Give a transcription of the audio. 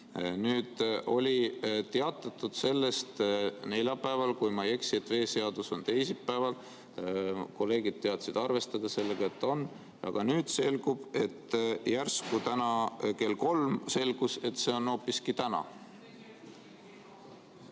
Nüüd teatati sellest neljapäeval, kui ma ei eksi, et veeseaduse arutelu on teisipäeval. Kolleegid teadsid arvestada sellega, aga nüüd järsku täna kell kolm selgus, et see on hoopiski täna.